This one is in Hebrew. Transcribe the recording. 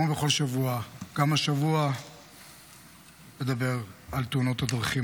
כמו בכל שבוע גם השבוע אדבר על תאונות הדרכים.